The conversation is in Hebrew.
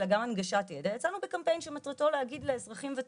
אלא גם הנגשת ידע ויצאנו בקמפיין שמטרתו להגיד לאזרחים הוותיקים,